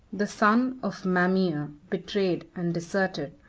the son of mamaea, betrayed and deserted,